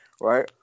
Right